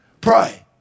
Pray